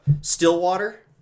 Stillwater